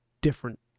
different